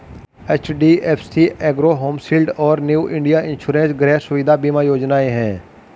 HDFC ergo home shield और new India insurance Griha Suvidha बीमा योजनाएं हैं